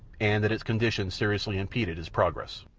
and that its condition seriously impeded his progress.